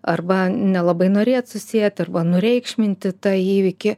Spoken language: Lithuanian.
arba nelabai norėt susiet arba nureikšminti tą įvykį